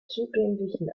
zugänglichen